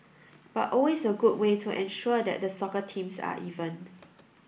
but always a good way to ensure that the soccer teams are even